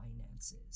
finances